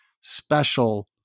special